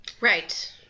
Right